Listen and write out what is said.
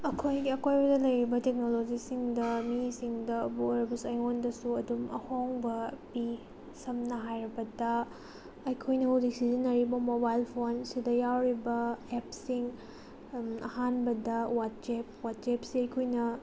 ꯑꯩꯈꯣꯏꯒꯤ ꯑꯀꯣꯏꯕꯗ ꯂꯩꯔꯤꯕ ꯇꯦꯛꯅꯣꯂꯣꯖꯤꯁꯤꯡꯗ ꯃꯤꯁꯤꯡꯗꯕꯨ ꯑꯣꯏꯔꯕꯁꯨ ꯑꯩꯉꯣꯟꯗꯁꯨ ꯑꯗꯨꯝ ꯑꯍꯣꯡꯕ ꯄꯤ ꯁꯝꯅ ꯍꯥꯏꯔꯕꯗ ꯑꯩꯈꯣꯏꯅ ꯍꯧꯖꯤꯛ ꯁꯤꯖꯤꯟꯅꯔꯤꯕ ꯃꯣꯕꯥꯏꯜ ꯐꯣꯟꯁꯤꯗ ꯌꯥꯎꯔꯤꯕ ꯑꯦꯞꯁꯤꯡ ꯑꯍꯥꯟꯕꯗ ꯋꯥꯆꯦꯞ ꯋꯥꯆꯦꯞꯁꯤ ꯑꯩꯈꯣꯏꯅ